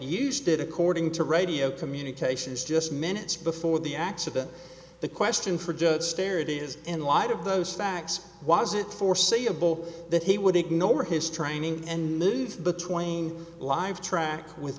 used it according to radio communications just minutes before the accident the question for judge sterrett is in light of those facts was it foreseeable that he would ignore his training and move between live track with